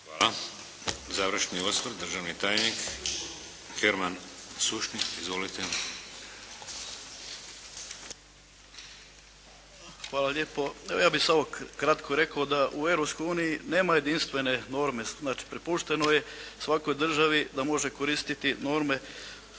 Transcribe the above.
Hvala. Završni osvrt državni tajnik Herman Sušnik. Izvolite. **Sušnik, Herman** Hvala lijepo. Evo ja bih samo kratko rekao da u Europskoj uniji nema jedinstvene norme. Znači prepušteno je svakoj državi da može koristiti norme